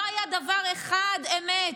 לא היה דבר אחד אמת,